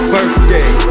Birthday